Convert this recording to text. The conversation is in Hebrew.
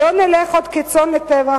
לא נלך עוד כצאן לטבח,